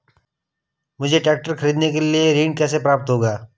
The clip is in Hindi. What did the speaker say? मुझे ट्रैक्टर खरीदने के लिए ऋण कैसे प्राप्त होगा?